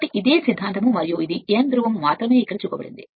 కాబట్టి ఇదే తత్వశాస్త్రం మరియు ఇది N ధ్రువం మాత్రమే ఇక్కడ చూపబడింది